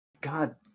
God